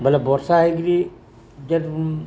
ବେଲେ ବର୍ଷା ହେଇକିରି ଯେନ୍